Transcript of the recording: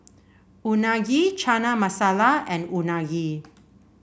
Unagi Chana Masala and Unagi